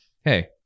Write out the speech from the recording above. hey